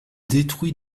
détruit